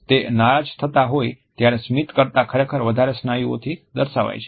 તે નારાજ થતા હોય ત્યારે સ્મિત કરતા ખરેખર વધારે સ્નાયુઓ થી દર્શાવાય છે